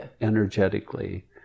energetically